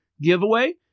giveaway